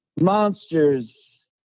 monsters